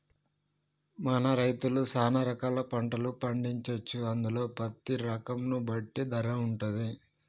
మన రైతులు సాన రకాల పంటలు పండించొచ్చు అందులో పత్తి రకం ను బట్టి ధర వుంటది